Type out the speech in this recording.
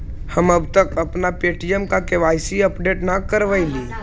हम अब तक अपना पे.टी.एम का के.वाई.सी अपडेट न करवइली